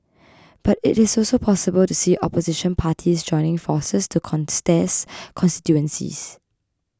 but it is also possible to see Opposition parties joining forces to contest constituencies